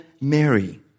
Mary